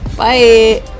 bye